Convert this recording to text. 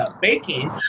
baking